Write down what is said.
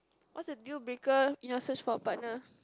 what's a deal breaker in your search for a partner